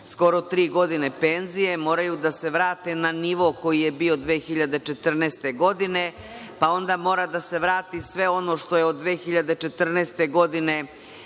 skoro tri godine, penzije moraju da se vrate na nivo koji je bio 2014. godine, pa onda mora da se vrati sve ono što je od 2014. godine